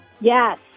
Yes